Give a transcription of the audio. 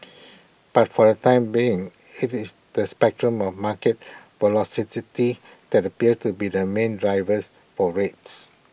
but for the time being IT is the spectre more market that appears to be the main drivers for rates